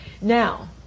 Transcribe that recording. Now